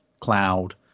cloud